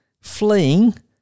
fleeing